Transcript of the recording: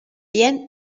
bien